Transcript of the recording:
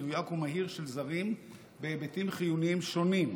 מדויק ומהיר של זרים בהיבטים חיוניים שונים,